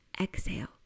exhale